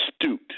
astute